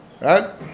Right